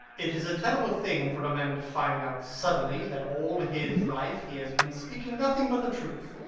it is a terrible thing for a man to find out suddenly that all his life he has been speaking nothing but the truth.